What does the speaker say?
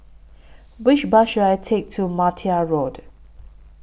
Which Bus should I Take to Martia Road